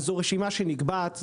זאת רשימה שנקבעת,